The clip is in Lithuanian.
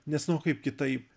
nes nu o kaip kitaip